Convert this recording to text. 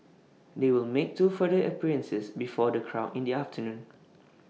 they will make two further appearances before the crowd in the afternoon